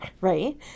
right